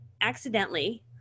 accidentally